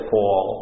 Paul